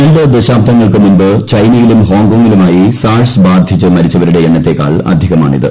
രണ്ട് ദശാബ്ദങ്ങൾക്ക് മുൻപ് ചൈനയിലും ഹോങ്കോങ്ങിലുമായി സാർസ് ബാധിച്ച് മരിച്ചവരുടെ എണ്ണത്തെക്കാൾ അധികമാണ് ഇത്